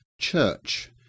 church